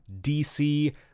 DC